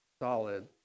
solid